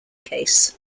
case